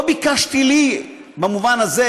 לא ביקשתי לי את הוועדה במובן הזה,